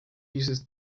uses